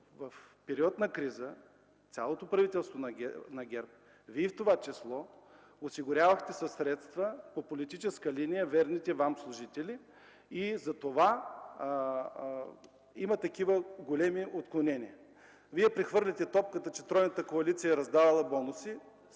в период на криза цялото правителство на ГЕРБ, в това число Вие, осигурявахте със средства по политическа линия верните Вам служители и затова има такива големи отклонения. Вие прехвърляте топката, че и тройната коалиция е раздавала бонуси.